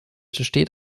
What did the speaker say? steht